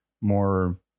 more